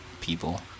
people